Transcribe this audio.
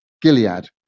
Gilead